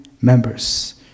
members